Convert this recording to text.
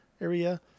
area